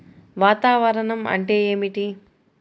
వాతావరణం అంటే ఏమిటి?